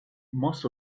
most